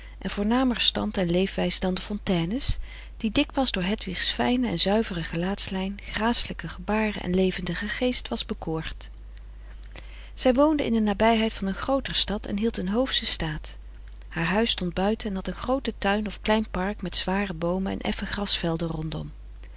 en voornamer stand en leefwijze dan de fontayne's die dikmaals door hedwigs fijne en zuivere gelaatslijn gracelijke gebaren en levendigen geest was bekoord zij woonde in de nabijheid van een grooter stad en hield een hoofschen staat haar huis stond buiten en had een grooten tuin of klein park met zware boomen en effen grasvelden rondom